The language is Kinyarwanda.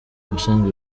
ubusanzwe